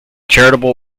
charitable